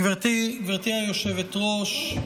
גברתי היושבת-ראש,